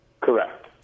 Correct